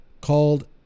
called